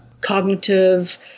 cognitive